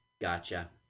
Gotcha